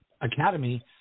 Academy –